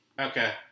Okay